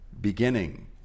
beginning